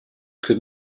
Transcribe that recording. could